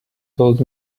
told